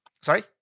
Sorry